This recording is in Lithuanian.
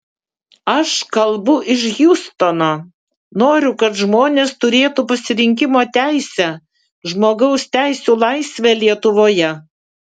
aš kalbu iš hjustono noriu kad žmonės turėtų pasirinkimo teisę žmogaus teisių laisvę lietuvoje